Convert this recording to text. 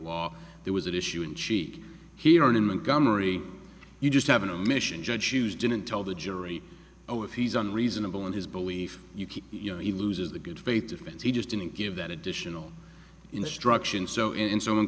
law there was an issue in cheek here in montgomery you just have an omission judge shoes didn't tell the jury oh if he's on reasonable in his belief you keep you know he loses the good faith defense he just didn't give that additional instruction so in so